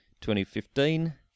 2015